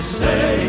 say